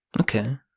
Okay